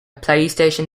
playstation